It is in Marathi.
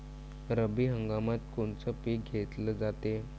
रब्बी हंगामात कोनचं पिक घेतलं जाते?